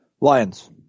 Lions